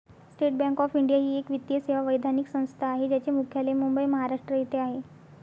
state Bank of India ही एक वित्तीय सेवा वैधानिक संस्था आहे ज्याचे मुख्यालय मुंबई, महाराष्ट्र येथे आहे